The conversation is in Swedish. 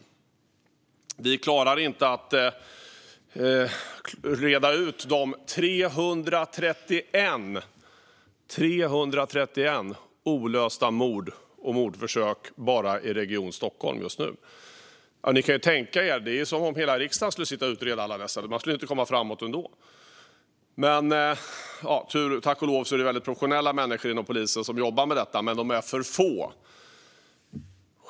De säger: Vi klarar inte att reda ut de 331 olösta morden och mordförsöken bara i Region Stockholm just nu. Tänk! Även om hela riksdagen skulle sitta och reda ut alla dessa skulle man inte komma framåt ändå. Tack och lov är det väldigt professionella människor inom polisen som jobbar med detta. Men de är för få.